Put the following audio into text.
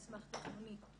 המסמך תכנוני,